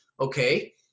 Okay